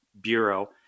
Bureau